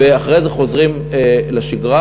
ואחרי זה חוזרים לשגרה,